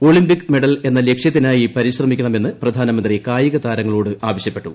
Olympic medal എന്ന ലക്ഷ്യത്തിനായി പരിശ്രമിക്കണ്ട്മെന്ന് ് പ്രധാനമന്ത്രി കായികതാരങ്ങളോട് ആവശ്യപ്പെട്ടു